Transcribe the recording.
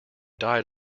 died